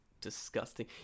disgusting